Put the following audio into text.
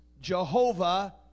Jehovah